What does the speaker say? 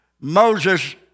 Moses